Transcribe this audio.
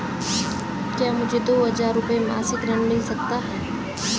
क्या मुझे दो हज़ार रुपये मासिक ऋण मिल सकता है?